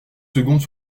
secondes